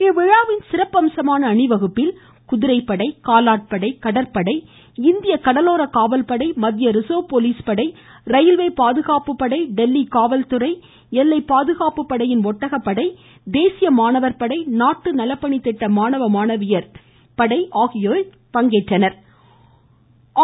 இவ்விழாவின் சிறப்பம்சமான அணிவகுப்பில் குதிரை படை காலாட் படை கடற்படை இந்திய கடலோர காவல்படை மத்திய ரிசர்வ் போலீஸ் படை ரயில்வே பாதுகாப்பு படை தில்லி காவல்துறை எல்லைப் பாதுகாப்பு படையின் ஒட்டக படை தேசிய மாணவர் படை நாட்டு நலப்பணித்திட்ட மாணவ மாணவியர் ஆகியோர் பங்கேற்றனர்